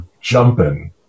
jumping